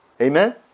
Amen